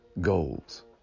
goals